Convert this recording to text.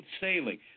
sailing